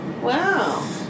Wow